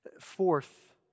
Fourth